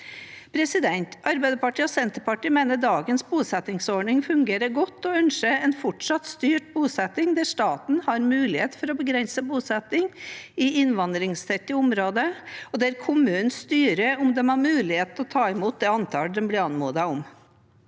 Arbeiderpartiet og Senterpartiet mener dagens bosettingsordning fungerer godt og ønsker en fortsatt styrt bosetting der staten har mulighet for å begrense bosetting i innvandringstette områder, og der kommunen styrer om den har mulighet til å ta imot det antallet den blir anmodet om.